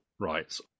rights